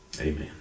Amen